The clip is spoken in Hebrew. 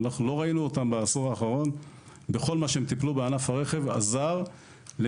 אנחנו לא ראינו שכל מה שהם טיפלו בענף הרכב בעשור האחרון עזר למחיר,